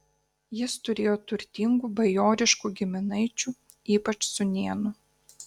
jis turėjo turtingų bajoriškų giminaičių ypač sūnėnų